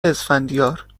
اسفندیار